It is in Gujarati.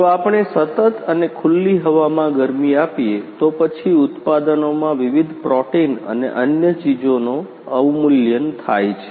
જો આપણે સતત અને ખુલ્લી હવામાં ગરમી આપીએ તો પછી ઉત્પાદનોમાં વિવિધ પ્રોટીન અને અન્ય ચીજોનો અવમૂલ્યન થાય છે